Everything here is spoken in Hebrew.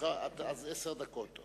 אז עשר דקות.